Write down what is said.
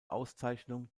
auszeichnung